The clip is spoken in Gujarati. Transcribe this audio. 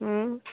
હં